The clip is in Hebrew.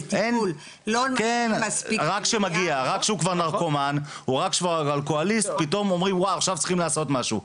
רק כשהוא כבר נרקומן או אלכוהוליסט פתאום אומרים צריך לעשות משהו.